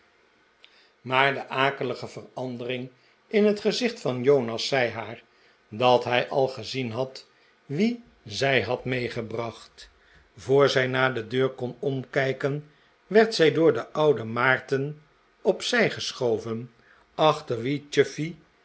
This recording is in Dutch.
maar de akelige verandering in het gezicht van jonas zei haar dat hij al gezien had wie zij had meegebracht voor zij naar de deur kon omkijken werd zij door den ouden maarten op zij geschoven